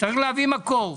צריך להביא מקור.